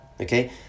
okay